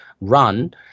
run